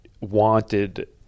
wanted